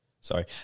Sorry